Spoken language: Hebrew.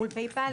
מול "פייפאל",